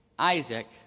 Isaac